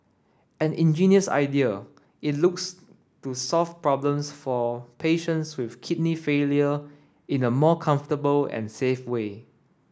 an ingenious idea it looks to solve problems for patients with kidney failure in a more comfortable and safe way